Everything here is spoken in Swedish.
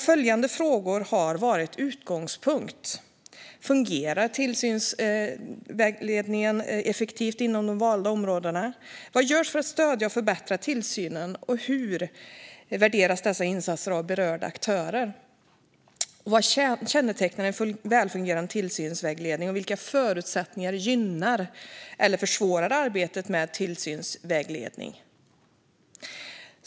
Följande frågor har varit utgångspunkt: Fungerar tillsynsvägledningen effektivt inom de valda områdena? Vad görs för att stödja och förbättra tillsynen, och hur värderas dessa insatser av berörda aktörer? Vad kännetecknar en välfungerande tillsynsvägledning, och vilka förutsättningar gynnar eller försvårar arbetet med tillsynsvägledning?